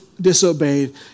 disobeyed